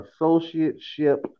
associateship